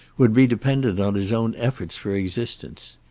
would be dependent on his own efforts for existence.